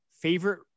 favorite